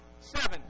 seven